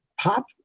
pop